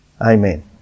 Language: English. Amen